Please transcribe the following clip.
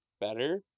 better